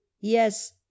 yes